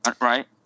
right